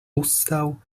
ustał